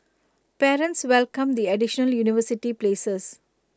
parents welcomed the additional university places